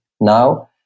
Now